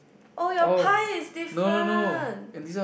oh your pie is different